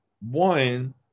One